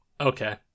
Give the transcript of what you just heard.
okay